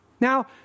Now